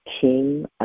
king